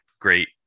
great